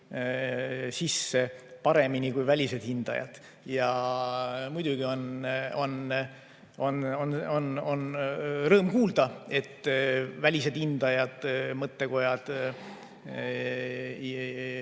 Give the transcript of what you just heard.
sisse paremini kui välised hindajad. Muidugi on rõõm kuulda, et välised hindajad, mõttekojad